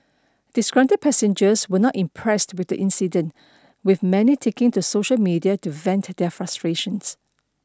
disgruntled passengers were not impressed with the incident with many taking to social media to vent their frustrations